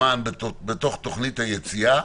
בתוך תכנית היציאה.